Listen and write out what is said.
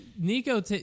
Nico